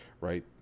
right